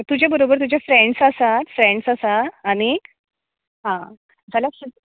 तुजे बरोबर तुजें फ्रेंड्स आसात फ्रेंड्स आसात आनीक आं जाल्यार सुद्द